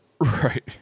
right